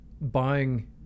buying